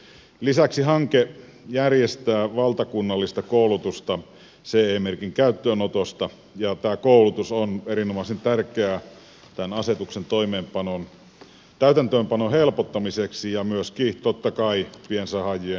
lisäksi hanke järjestää valtakunnallista koulutusta ce merkinnän käyttöönotosta ja tämä koulutus on erinomaisen tärkeää tämän asetuksen täytäntöönpanon helpottamiseksi ja myöskin totta kai piensahaajien elinkeinon turvaamiseksi